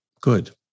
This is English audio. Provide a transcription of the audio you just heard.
Good